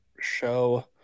show